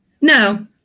No